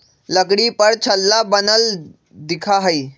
लकड़ी पर छल्ला बनल दिखा हई